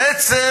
בעצם,